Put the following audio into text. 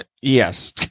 Yes